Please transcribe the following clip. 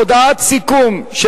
הודעת סיכום של